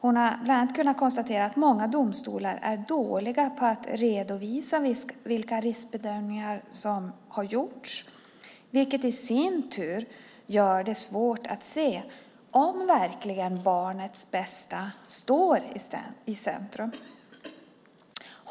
Hon har bland annat kunnat konstatera att många domstolar är dåliga på att redovisa vilka riskbedömningar som har gjorts, vilket i sin tur gör det svårt att se om barnets bästa verkligen står i centrum.